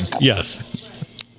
Yes